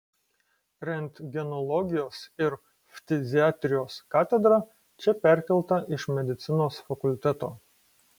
rentgenologijos ir ftiziatrijos katedra čia perkelta iš medicinos fakulteto